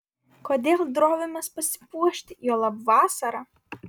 kodėl drovimės pasipuošti juolab vasarą